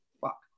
fuck